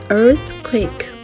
earthquake，